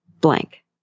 blank